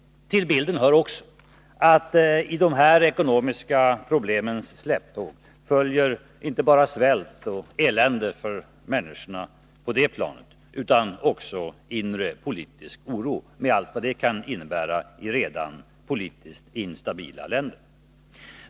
Till bilden hör också att i de ekonomiska problemens släptåg följer inte bara svält och elände för människorna utan också inre politisk oro med allt vad det kan innebära i politiskt redan instabila länder.